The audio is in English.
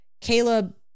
Caleb